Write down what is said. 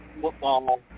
football